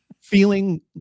feeling